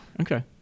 Okay